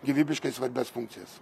gyvybiškai svarbias funkcijas